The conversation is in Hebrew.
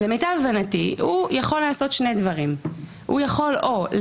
למיטב הבנתי הוא יכול לעשות שני דברים: אופציה